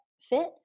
fit